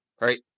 right